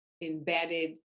embedded